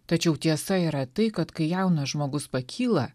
tačiau tiesa yra tai kad kai jaunas žmogus pakyla